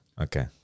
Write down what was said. Okay